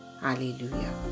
Hallelujah